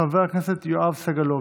חבר הכנסת יואב סגלוביץ'